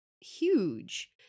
huge